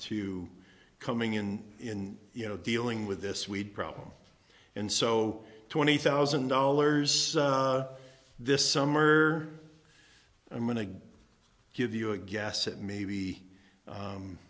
to coming in in you know dealing with this weed problem and so twenty thousand dollars this summer i'm going to give you a guess it may be